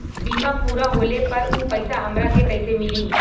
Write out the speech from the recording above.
बीमा पूरा होले पर उ पैसा हमरा के कईसे मिली?